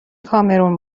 کامرون